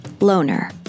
loner